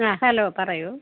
ആ ഹലോ പറയൂ